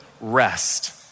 rest